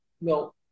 No